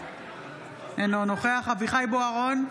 אינו נוכח אביחי אברהם בוארון,